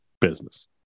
business